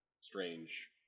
strange